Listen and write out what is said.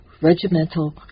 Regimental